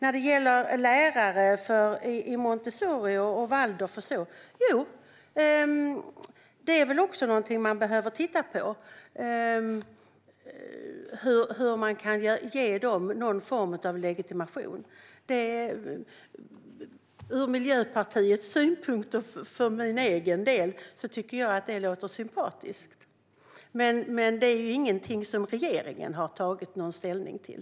Sedan gäller det Montessorilärare och Waldorflärare. Jo, det är väl också någonting som man behöver titta på: hur man kan ge dem någon form av legitimation. För min egen del, som miljöpartist, tycker jag att det låter sympatiskt, men det är ingenting som regeringen har tagit ställning till.